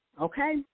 okay